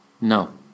No